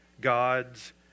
God's